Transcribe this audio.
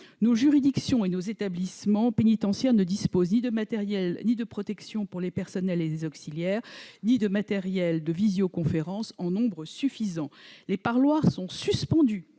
Nos juridictions et nos établissements pénitentiaires ne disposent ni de matériels de protection pour les personnels et les auxiliaires ni d'équipements de visioconférence en nombre suffisant. Les parloirs sont suspendus.